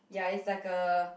ya it's like a